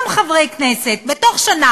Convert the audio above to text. אז לפחות את זה,